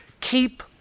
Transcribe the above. Keep